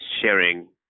sharing